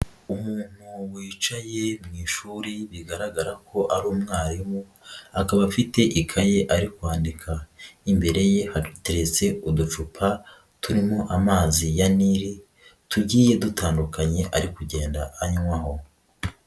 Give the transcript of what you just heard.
Umuntu wicaye mu ishuri bigaragara ko ari umwarimu, akaba afite ikaye ari kwandika, imbere ye hateretse uducupa turimo amazi ya Nili, tugiye dutandukanye ari kugenda anywaho.